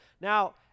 Now